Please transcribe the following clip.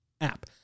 app